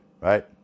right